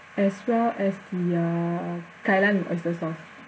as well as the uh kai lan with oyster sauce